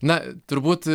na turbūt